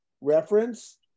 reference